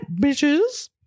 bitches